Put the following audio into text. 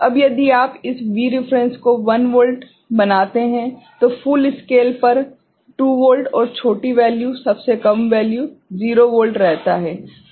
अब यदि आप इस V रेफरेंस को 1 वोल्ट बनाते हैं तो फुल स्केल पर 2 वोल्ट और छोटी वैल्यू सबसे कम वैल्यू 0 वोल्ट रहता है